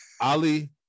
Ali